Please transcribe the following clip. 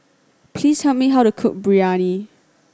please tell me how to cook Biryani